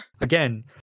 Again